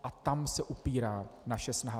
A tam se upírá naše snaha.